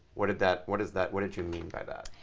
what did that? what is that? what did you mean by that?